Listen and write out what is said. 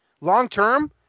long-term –